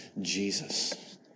Jesus